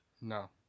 No